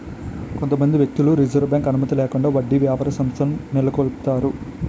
కొంతమంది వ్యక్తులు reserve bank అనుమతి లేకుండా వడ్డీ వ్యాపార సంస్థలను నెలకొల్పుతారు